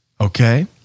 Okay